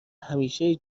همیشه